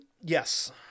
Yes